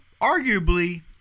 arguably